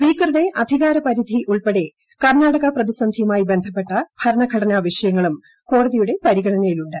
സ്പീക്കറുടെ അധികാര പരിധി ഉൾപ്പെടെ കർണാടക പ്രതിസന്ധിയുമായി ബന്ധപ്പെട്ട ഭരണഘടന് വിഷയങ്ങളും കോടതിയുടെ പരിഗണനയിലുണ്ട്